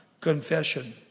Confession